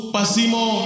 Pasimo